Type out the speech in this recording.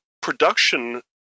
production